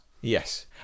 Yes